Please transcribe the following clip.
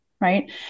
Right